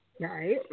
Right